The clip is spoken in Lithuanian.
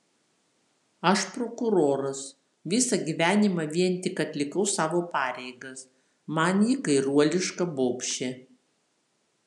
aš prokuroras visą gyvenimą vien tik atlikau savo pareigas man ji kairuoliška bobšė